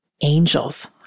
Angels